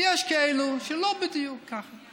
ויש כאלה שלא בדיוק ככה.